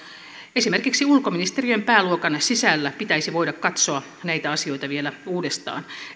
esimerkiksi ulkoministeriön pääluokan sisällä pitäisi voida katsoa näitä asioita vielä uudestaan